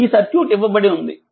ఈసర్క్యూట్ ఇవ్వబడి ఉంది